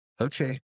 okay